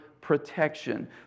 protection